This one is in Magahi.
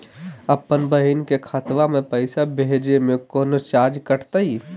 अपन बहिन के खतवा में पैसा भेजे में कौनो चार्जो कटतई?